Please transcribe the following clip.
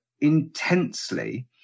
intensely